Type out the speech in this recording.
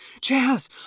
Jazz